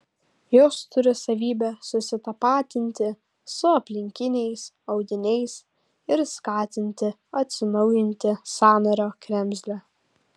jos turi savybę susitapatinti su aplinkiniais audiniais ir skatinti atsinaujinti sąnario kremzlę